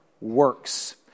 works